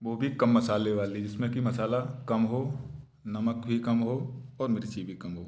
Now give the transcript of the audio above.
वो भी कम मसाले वाली जिसमें कि मसाला कम हो नमक भी कम हो और मिर्ची भी कम हो